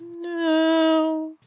No